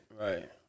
Right